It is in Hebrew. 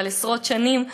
עשרות שנים,